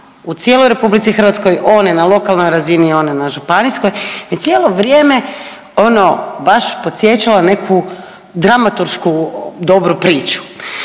u cijeloj Republici Hrvatskoj, one na lokalnoj razini i one na županijskoj me cijelo vrijeme ono baš podsjećalo na neku dramaturšku dobru priču.